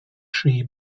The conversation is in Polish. szyi